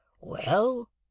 Well